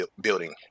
building